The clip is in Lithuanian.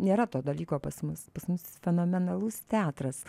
nėra to dalyko pas mus pas mus fenomenalus teatras